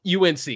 UNC